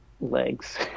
legs